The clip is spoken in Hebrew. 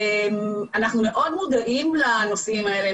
אנחנו מאוד מודעים לנושאים הלאה,